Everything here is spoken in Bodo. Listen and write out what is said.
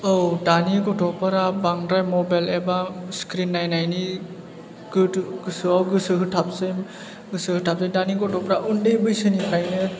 औ दानि गथ'फोरा बांद्राय मबाइल एबा स्क्रिन नायनायनि गोदो गोसोयाव गोसो होथाबसै गोसो होथाबसै दानि गथ'फ्रा उन्दै बैसोनिफ्रायनो